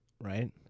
Right